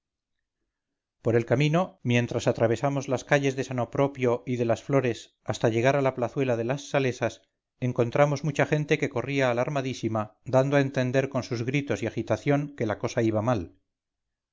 por el camino mientras atravesamos las calles de san opropio y de las flores hasta llegar a la plazuela de las salesas encontramos mucha gente que corría alarmadísima dando a entender con sus gritos y agitación que la cosa iba mal